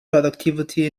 productivity